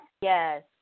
Yes